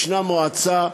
ישנה מועצה,